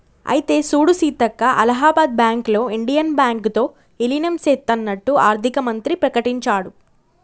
అయితే సూడు సీతక్క అలహాబాద్ బ్యాంకులో ఇండియన్ బ్యాంకు తో ఇలీనం సేత్తన్నట్టు ఆర్థిక మంత్రి ప్రకటించాడు